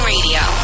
Radio